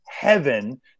heaven